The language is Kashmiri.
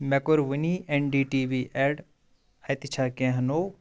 مے کُور وٕنی N D T V ad, اَتہِ چھا کینٛہہ نو؟